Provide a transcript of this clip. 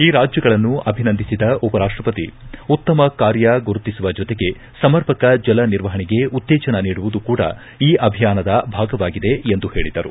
ಈ ರಾಜ್ಯಗಳನ್ನು ಅಭಿನಂದಿಸಿದ ಉಪರಾಷ್ಷಪತಿ ಉತ್ತಮ ಕಾರ್ಯ ಗುರುತಿಸುವ ಜೊತೆಗೆ ಸಮರ್ಪಕ ಜಲನಿರ್ವಹಣೆಗೆ ಉತ್ತೇಜನ ನೀಡುವುದು ಕೂಡ ಈ ಅಭಿಯಾನದ ಭಾಗವಾಗಿದೆ ಎಂದು ಹೇಳಿದರು